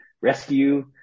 rescue